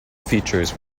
features